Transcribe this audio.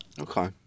okay